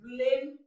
Blame